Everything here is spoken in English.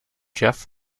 jeff